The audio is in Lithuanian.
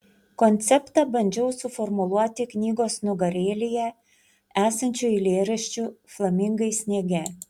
konceptą bandžiau suformuluoti knygos nugarėlėje esančiu eilėraščiu flamingai sniege